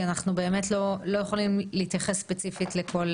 כי אנחנו באמת לא יכולים להתייחס ספציפית לכל